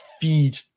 feed